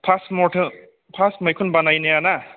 फास मथे फास मैखुन बानाय नायाना